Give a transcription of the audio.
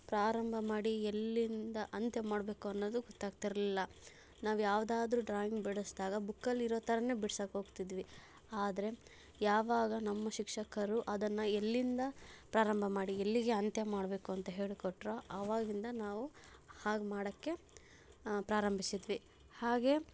ಪ್ರಾರಂಭ ಮಾಡಿ ಎಲ್ಲಿಂದ ಅಂತ್ಯ ಮಾಡಬೇಕು ಅನ್ನೋದು ಗೊತ್ತಾಗ್ತಿರ್ಲಿಲ್ಲ ನಾವು ಯಾವುದಾದ್ರೂ ಡ್ರಾಯಿಂಗ್ ಬಿಡಿಸಿದಾಗ ಬುಕ್ಕಲ್ಲಿರೋ ಥರನೇ ಬಿಡ್ಸಕ್ಕೆ ಹೋಗ್ತಿದ್ವಿ ಆದರೆ ಯಾವಾಗ ನಮ್ಮ ಶಿಕ್ಷಕರು ಅದನ್ನು ಎಲ್ಲಿಂದ ಪ್ರಾರಂಭ ಮಾಡಿ ಎಲ್ಲಿಗೆ ಅಂತ್ಯ ಮಾಡಬೇಕು ಅಂತ ಹೇಳ್ಕೊಟ್ರೋ ಆವಾಗಿಂದ ನಾವು ಹಾಗೆ ಮಾಡೋಕ್ಕೆ ಪ್ರಾರಂಭಿಸಿದ್ವಿ ಹಾಗೆ